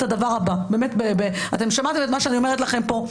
הדבר הבא: אתם שמעתם את מה שאני אומרת לכם פה.